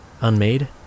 unmade